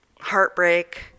heartbreak